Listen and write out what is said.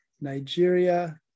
Nigeria